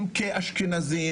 זה יכול להיות גיור קונסרבטיבי,